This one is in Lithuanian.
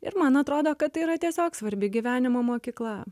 ir man atrodo kad tai yra tiesiog svarbi gyvenimo mokykla